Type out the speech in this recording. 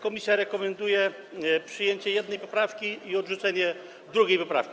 Komisje rekomendują przyjęcie jednej poprawki i odrzucenie drugiej poprawki.